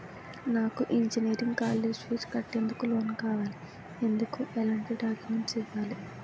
నాకు engineering college fee కట్టేందుకు loan కావాలి, ఎందుకు ఎలాంటి డాక్యుమెంట్స్ ఇవ్వాలి?